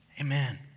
Amen